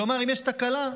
כלומר, אם יש תקלה,